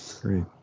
Great